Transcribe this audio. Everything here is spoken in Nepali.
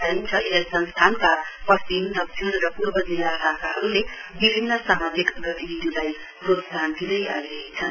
बताइन्छ यस संस्थानका पश्चिम दक्षिण र पूर्व जिल्ला शाखाहरूले विभिन्न सामाजिक गतिविधिलाई प्रोत्साहन दिँदै आइरहेछन्